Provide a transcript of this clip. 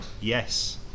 Yes